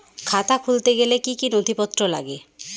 খাতা খুলতে গেলে কি কি নথিপত্র লাগে?